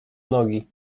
nogi